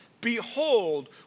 Behold